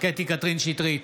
קטי קטרין שטרית,